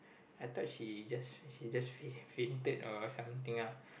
I thought she just she just fainted or something ah